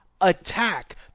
attack